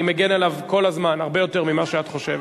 אני מגן עליו כל הזמן, הרבה יותר ממה שאת חושבת.